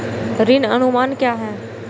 ऋण अनुमान क्या है?